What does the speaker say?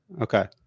Okay